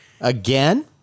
Again